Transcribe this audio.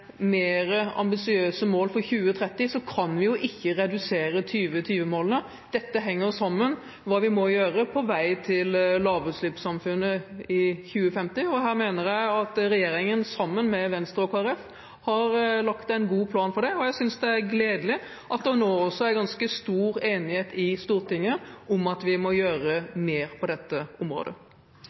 mer ambisiøse mål for 2030, kan vi jo ikke redusere 2020-målene. Dette henger sammen med hva vi må gjøre på vei til lavutslippssamfunnet i 2050. Her mener jeg at regjeringen, sammen med Venstre og Kristelig Folkeparti, har lagt en god plan for det. Jeg synes det er gledelig at det nå er ganske stor enighet i Stortinget om at vi må gjøre mer på dette området.